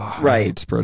Right